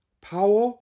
power